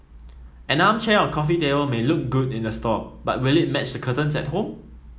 an armchair or coffee table may look good in the store but will it match the curtains at home